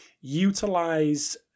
utilize